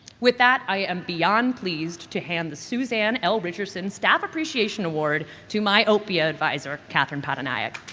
with that, i am beyond pleased to hand the suzanne l. richardson staff appreciation award to my opia adviser, catherine pattanayak.